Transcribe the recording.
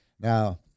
Now